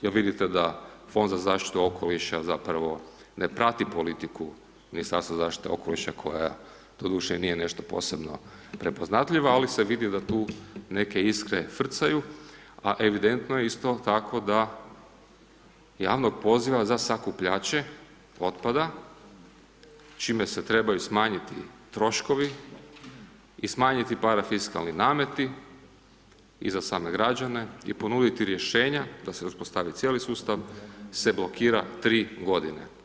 Jer vidite da Fond za zaštitu okoliša zapravo ne prati politiku Ministarstva zaštite okoliša koja doduše i nije nešto posebno prepoznatljiva ali se vidi da tu neke iskre frcaju a evidentno je isto tako da javnog poziva za sakupljače otpada čime se trebaju smanjiti troškovi i smanjiti parafiskalni nameti i za same građane i ponuditi rješenja da se uspostavi cijeli sustav se blokira tri godine.